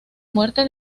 muerte